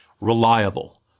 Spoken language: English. Reliable